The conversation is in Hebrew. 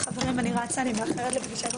הישיבה ננעלה בשעה